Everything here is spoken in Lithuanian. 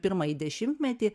pirmąjį dešimtmetį